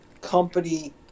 company